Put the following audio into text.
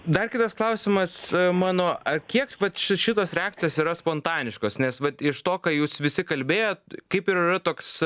dar kitas klausimas mano ant kiek vat šitos reakcijos yra spontaniškos nes vat iš to ką jūs visi kalbėjot kaip ir yra toks